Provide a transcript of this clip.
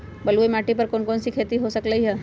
बलुई माटी पर कोन कोन चीज के खेती हो सकलई ह?